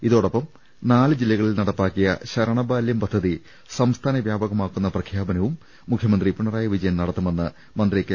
ഇതോടൊപ്പം നാല് ജില്ലകളിൽ നടപ്പാക്കിയ ശരണ ബാലൃം പദ്ധതി സംസ്ഥാന വൃാപകമാക്കുന്ന പ്രഖ്യാപനവും മുഖ്യമന്ത്രി പിണറായി വിജയൻ നടത്തുമെന്ന് മന്ത്രി കെ